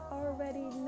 already